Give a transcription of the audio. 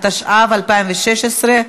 התשע"ו 2016,